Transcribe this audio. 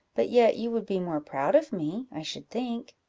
but yet you would be more proud of me, i should think.